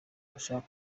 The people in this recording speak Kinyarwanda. ndashaka